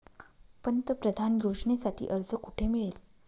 पंतप्रधान योजनेसाठी अर्ज कुठे मिळेल?